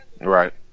Right